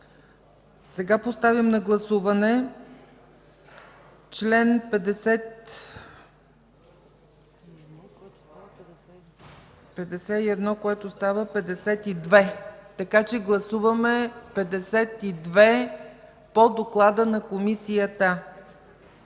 Сега поставям на гласуване чл. 51, който става чл. 52, така че гласуваме чл. 52 по доклада на Комисията.